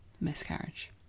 Miscarriage